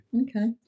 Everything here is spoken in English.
Okay